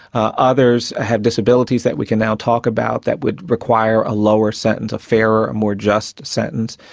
ah others have disabilities that we can now talk about that would require a lower sentence, a fairer, more just sentence,